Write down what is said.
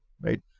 Right